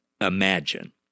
imagine